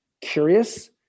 curious